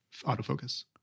autofocus